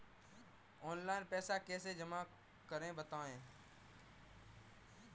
Online पैसा कैसे जमा करें बताएँ?